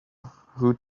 who